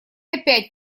опять